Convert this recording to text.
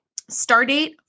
Stardate